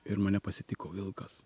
ir mane pasitiko vilkas